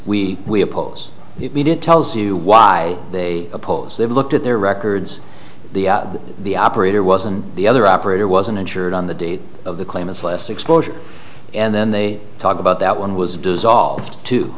we we oppose it it tells you why they oppose they've looked at their records the the operator was and the other operator wasn't insured on the date of the claim it's less exposure and then they talk about that one was dissolved too